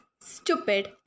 stupid